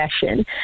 session